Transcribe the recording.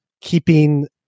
keeping